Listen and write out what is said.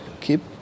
keep